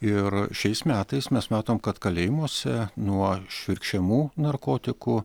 ir šiais metais mes matom kad kalėjimuose nuo švirkščiamų narkotikų